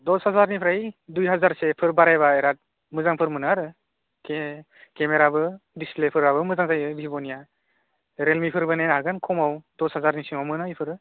दस हाजारनिफ्राय दुइ हाजारसोफोर बारायबा बिराद मोजांफोर मोनो आरो केमेराबो दिसप्लेफोराबो मोजां जायो भिभ'निया रियेलमिफोर बायनो हागोन खमाव दस हाजारनि सिङाव मोनो बेफोरो